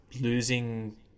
losing